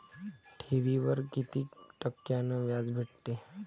ठेवीवर कितीक टक्क्यान व्याज भेटते?